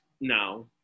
no